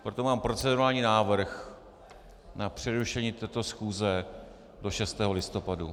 Proto mám procedurální návrh na přerušení této schůze do 6. listopadu 2015.